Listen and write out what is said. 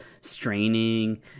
straining